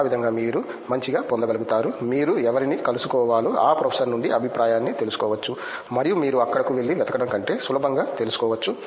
ఆ విధంగా మీరు మంచిగా పొందగలుగుతారు మీరు ఎవరిని కలుసుకోవాలో ఆ ప్రొఫెసర్ నుండి అభిప్రాయాన్ని తెలుసుకోవచ్చు మరియు మీరు అక్కడకు వెళ్లి వెతకడం కంటే సులభంగా తెలుసుకోవచ్చు